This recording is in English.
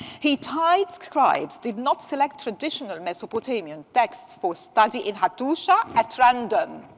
hittite scribes did not select traditional mesopotamian texts for study in hattusa at random.